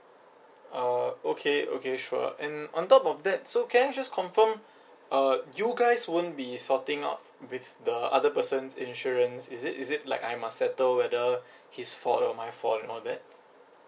uh okay okay sure and on top of that so can I just confirm uh you guys won't be sorting out with the other person's insurance is it is it like I must settle whether his fault or my fault and all that